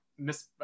Miss